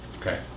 Okay